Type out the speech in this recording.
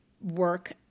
work